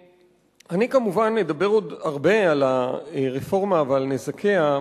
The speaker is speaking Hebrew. אני כמובן אדבר עוד הרבה על הרפורמה ועל נזקיה,